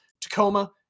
Tacoma